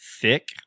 thick